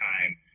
time